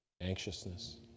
anxiousness